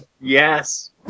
Yes